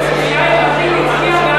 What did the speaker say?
(הוראת שעה), התשע"ג 2013, נתקבלה.